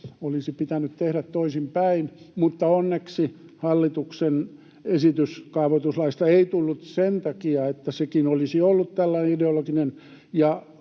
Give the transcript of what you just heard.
olisi pitänyt tehdä toisinpäin. Mutta onneksi hallituksen esitys kaavoituslaista ei tullut sen takia, että sekin olisi ollut tällainen ideologinen